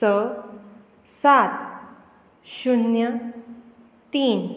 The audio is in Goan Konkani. स सात शुन्य तीन